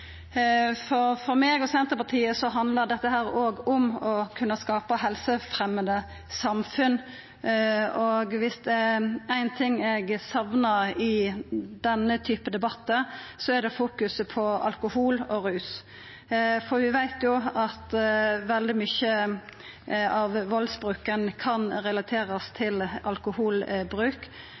tilstrekkelege. For meg og Senterpartiet handlar dette òg om å kunna skapa helsefremjande samfunn, og viss det er ein ting eg saknar i denne typen debattar, så er det vektlegging av alkohol og rus. Vi veit jo at veldig mykje av valdsbruken kan relaterast til alkoholbruk.